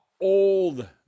old